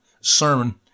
sermon